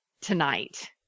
tonight